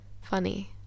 Funny